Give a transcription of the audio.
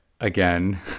again